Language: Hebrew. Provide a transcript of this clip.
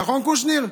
נכון, קושניר?